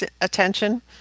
attention